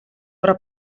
però